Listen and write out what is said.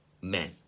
men